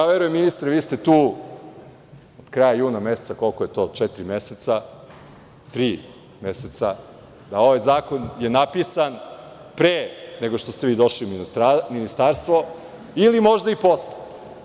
Verujem ministre, vi ste tu od kraja juna meseca, koliko je to, četiri meseca, tri meseca, da je ovaj zakon napisan pre nego što ste vi došli u ministarstvo ili možda i posle.